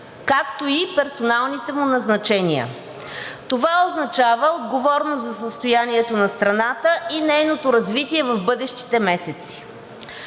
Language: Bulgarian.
както и персоналните му назначения. Това означава отговорност за състоянието на страната и нейното развитие в бъдещите месеци.